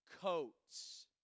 coats